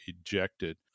ejected